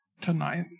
tonight